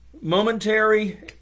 momentary